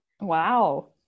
Wow